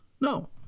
No